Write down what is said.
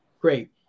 great